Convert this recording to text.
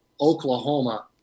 Oklahoma